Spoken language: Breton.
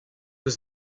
eus